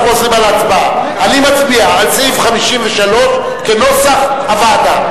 אני מצביע על סעיף 53, כנוסח הוועדה.